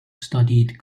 studied